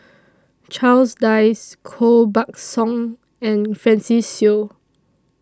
Charles Dyce Koh Buck Song and Francis Seow